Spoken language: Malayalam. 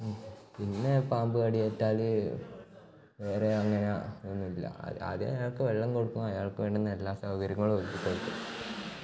പിന്നെ പാമ്പു കടിയേറ്റാൽ വേറെ അങ്ങനെ വേറെ അങ്ങനെ ഒന്നും ഇല്ല ആദ്യം അയാൾക്ക് വെള്ളം കൊടുക്കും അയാൾക്ക് വേണ്ടുന്ന എല്ലാ സൗകര്യങ്ങളും ഒരുക്കി കൊടുക്കും